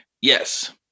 Yes